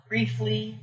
Briefly